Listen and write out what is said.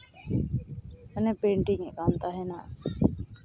ᱢᱟᱱᱮ ᱯᱮᱱᱴᱤᱝᱮᱫ ᱠᱟᱱ ᱛᱟᱦᱮᱱᱟ